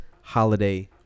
holiday